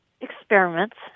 experiments